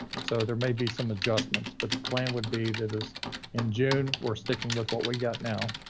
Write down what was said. so there may be some adjustments, but the plan would be that is in june. we're sticking with what we got now.